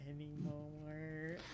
anymore